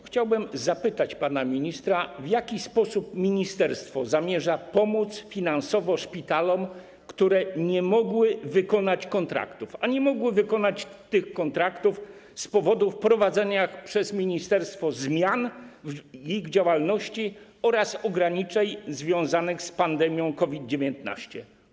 Chciałbym zapytać pana ministra: W jaki sposób ministerstwo zamierza pomóc finansowo szpitalom, które nie mogły wykonać kontraktów, a nie mogły wykonać tych kontraktów z powodu wprowadzenia przez ministerstwo zmian w ich działalności oraz ograniczeń związanych z pandemią COVID-19?